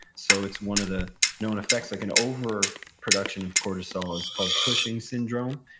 so it's one of the known effects. like an over-production of cortisol is called cushing syndrome,